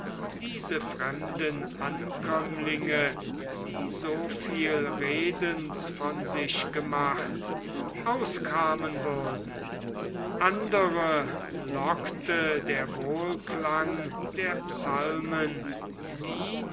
diese fremden ankömmlinge die so viel redens von sich gemacht auskramen würden andere lockte der wohlklang der psalmen die